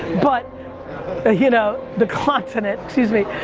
but ah you know, the continent, excuse me.